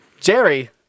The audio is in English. Jerry